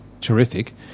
terrific